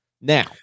Now